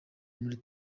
muri